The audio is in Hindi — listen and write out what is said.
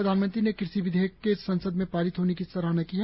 प्रधानमंत्री ने क़षि विधेयक के संसद में पारित होने की सराहना की है